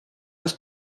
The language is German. aus